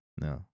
No